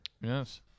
Yes